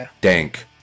dank